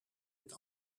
met